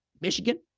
Michigan